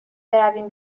برویم